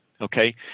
Okay